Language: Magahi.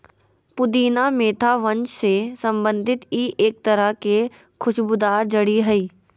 पुदीना मेंथा वंश से संबंधित ई एक तरह के खुशबूदार जड़ी हइ